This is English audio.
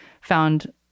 found